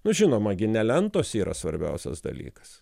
nu žinoma gi ne lentos yra svarbiausias dalykas